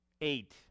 eight